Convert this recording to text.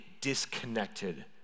disconnected